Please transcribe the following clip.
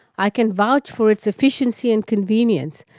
i can vouch for its efficiency and convenience,